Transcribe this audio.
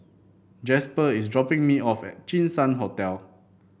Jasper is dropping me off at Jinshan Hotel